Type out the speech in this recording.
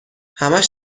همش